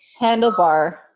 Handlebar